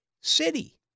City